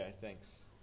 thanks